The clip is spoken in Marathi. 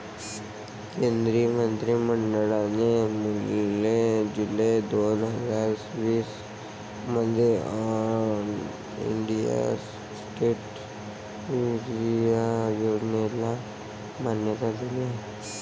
केंद्रीय मंत्रि मंडळाने जुलै दोन हजार वीस मध्ये ऑल इंडिया सेंट्रल एरिया योजनेला मान्यता दिली आहे